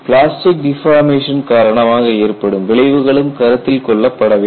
plastic deformation காரணமாக ஏற்படும் விளைவுகளும் கருத்தில் கொள்ளப்பட வேண்டும்